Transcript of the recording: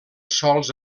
sòls